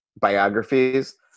biographies